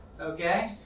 Okay